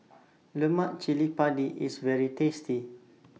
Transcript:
Lemak Cili Padi IS very tasty